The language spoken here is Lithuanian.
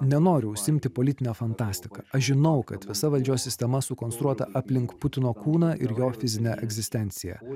nenoriu užsiimti politine fantastika aš žinau kad visa valdžios sistema sukonstruota aplink putino kūną ir jo fizinę egzistenciją